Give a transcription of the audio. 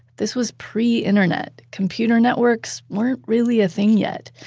this was pre-internet. computer networks weren't really a thing yet,